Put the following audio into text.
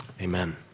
Amen